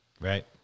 Right